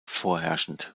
vorherrschend